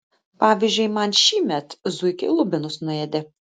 pavyzdžiui man šįmet zuikiai lubinus nuėdė